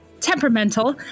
temperamental